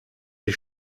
die